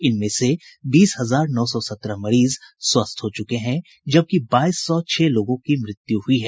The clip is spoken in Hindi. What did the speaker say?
इनमें से बीस हजार नौ सौ सत्रह मरीज स्वस्थ हो चुके हैं जबकि बाईस सौ छह लोगों की मृत्यु हुई है